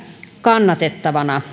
kannatettavana